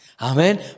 Amen